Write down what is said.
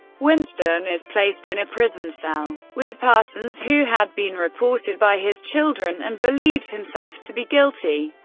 winston is placed in a prison cell with parsons, who had been reported by his children and believes himself to be guilty.